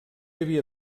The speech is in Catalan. havia